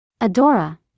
Adora